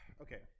okay